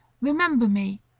remember me,